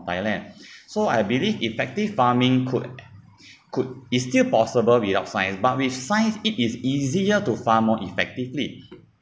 thailand so I believe effective farming could could is still possible without science but with science it is easier to farm more effectively